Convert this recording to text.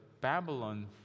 Babylon